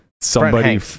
somebody-